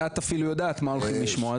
את אפילו יודעת מה הולכים לשמוע,